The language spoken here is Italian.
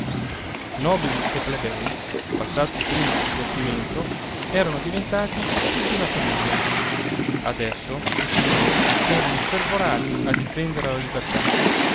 nobili e plebei passato il primo sbigottimento erano diventati tutti una famiglia adesso i signori erano infervorati a difendere la libertà